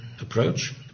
approach